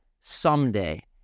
someday